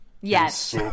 Yes